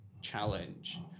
challenge